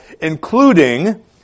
including